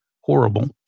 horrible